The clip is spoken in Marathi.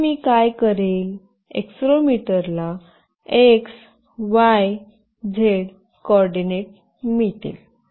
तर मी काय करेल एक्सेलेरोमीटर ला x y z कोऑर्डिनेट मिळतील